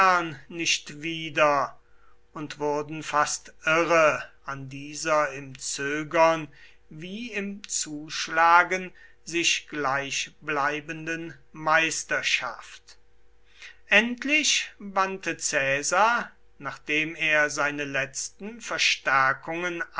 nicht wieder und wurden fast irre an dieser im zögern wie im zuschlagen sich gleichbleibenden meisterschaft endlich wandte caesar nachdem er seine letzten verstärkungen